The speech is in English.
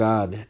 God